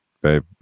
babe